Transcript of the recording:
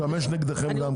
הטיעון הזה גם משמש נגדכם.